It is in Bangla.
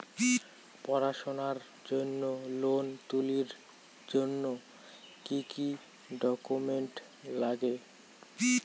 পড়াশুনার জন্যে লোন তুলির জন্যে কি কি ডকুমেন্টস নাগে?